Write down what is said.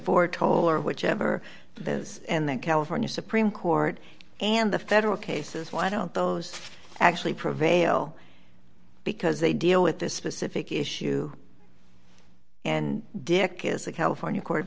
e toler whichever that is and the california supreme court and the federal cases why don't those actually prevail because they deal with this specific issue and dick is the california court